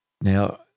Now